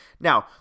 Now